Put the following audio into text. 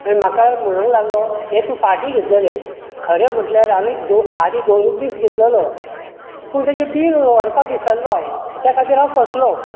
आनी म्हाका म्हणोंक लागलो हे तूं फांटी घेतलेले खरें म्हटल्यार हांवें दो आदी दोनूच दीस घेतलोलो पूण तेजे बिल व्हरपाक विसरल्लो हांव त्या खातीर हांव फसलो